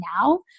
now